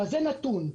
זה נתון: